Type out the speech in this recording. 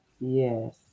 Yes